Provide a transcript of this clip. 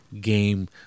game